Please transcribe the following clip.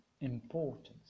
importance